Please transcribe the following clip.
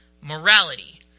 morality